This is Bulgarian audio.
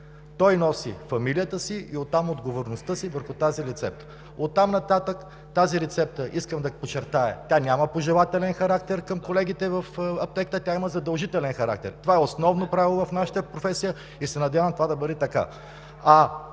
той носи фамилията си и оттам отговорността си за тази рецепта. Рецептата, искам да подчертая, няма пожелателен характер към колегите в аптеката, тя има задължителен характер – основно правило в нашата професия, и се надявам това да бъде така.